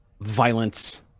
violence